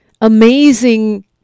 amazing